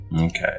Okay